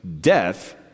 death